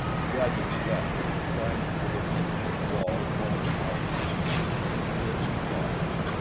to bradley's left was a triangular niche in the wall of one of the houses and into this he dodged,